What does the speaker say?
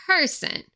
person